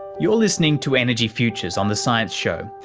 you're listening to energy futures on the science show,